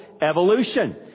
evolution